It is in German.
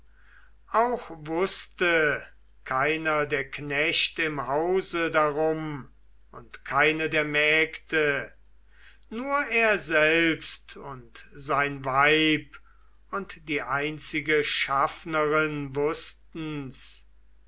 auch wußte keiner der knecht im hause darum und keine der mägde nur er selbst und sein weib und die einzige schaffnerin wußten's